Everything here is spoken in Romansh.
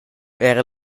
era